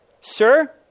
Sir